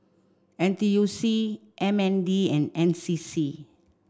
N T U C M N D and N C C